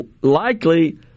likely